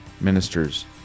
ministers